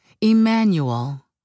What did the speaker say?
Emmanuel